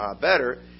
better